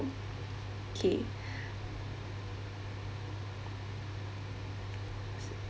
okay